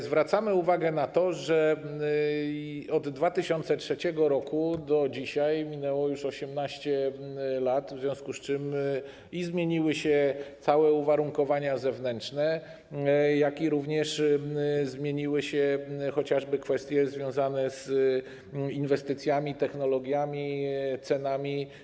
Zwracamy uwagę na to, że od 2003 r. do dzisiaj minęło już 18 lat, w związku z czym zmieniły się całe uwarunkowania zewnętrzne, jak również zmieniły się chociażby kwestie związane z inwestycjami, technologiami i cenami.